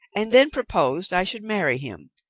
and then proposed i should marry him,